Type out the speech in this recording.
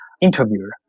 interviewer